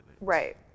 Right